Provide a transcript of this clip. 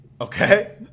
Okay